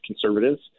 conservatives